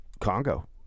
Congo